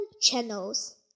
channels